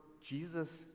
Jesus